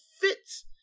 fits